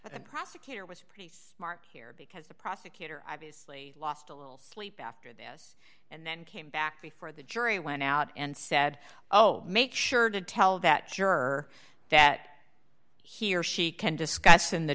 the prosecutor was a pretty smart here because the prosecutor obviously lost a little sleep after this and then came back before the jury went out and said oh make sure to tell that juror that he or she can discuss in the